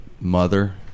Mother